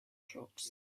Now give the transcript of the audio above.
drugs